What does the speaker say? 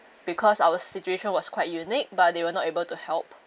because our situation was quite unique but they were not able to help